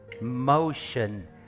motion